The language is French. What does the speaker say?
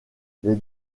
les